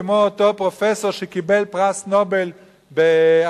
כמו אותו פרופסור שקיבל פרס נובל השבוע,